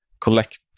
collect